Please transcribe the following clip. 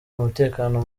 umutekano